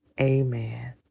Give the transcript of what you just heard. Amen